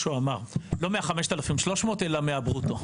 לא מה-5,300 ₪, אלא מהברוטו.